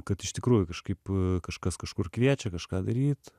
kad iš tikrųjų kažkaip kažkas kažkur kviečia kažką daryt